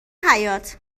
حیاط